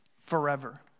Forever